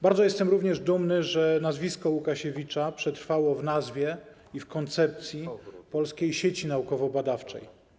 Bardzo jestem dumny, że nazwisko Łukasiewicza przetrwało w nazwie i w koncepcji polskiej sieci naukowo-badawczej.